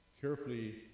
carefully